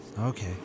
Okay